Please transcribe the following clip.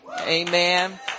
Amen